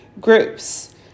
groups